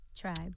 Tribe